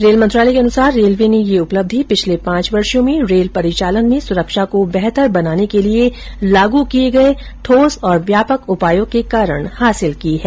rail मंत्रालय के अनुसार रेलवे ने यह उपलब्धि पिछले पांच वर्षो में रेल परिचालन में सुरक्षा को बेहतर बनाने के लिए लागू किये गये ठोस और व्यापक उपायों के कारण हासिल की है